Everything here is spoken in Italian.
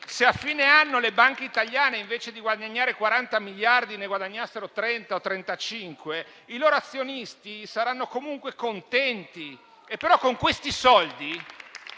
Se a fine anno le banche italiane invece di guadagnare 40 miliardi, ne guadagnassero 30 o 35, i loro azionisti saranno comunque contenti. Con questi soldi